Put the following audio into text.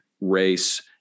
race